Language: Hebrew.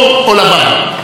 אני מפציר בכם: